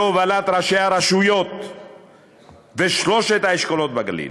בהובלת ראשי הרשויות ושלושת האשכולות בגליל,